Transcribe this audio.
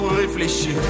réfléchir